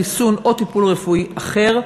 חיסון או טיפול רפואי אחר,